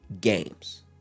games